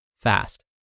fast